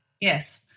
Yes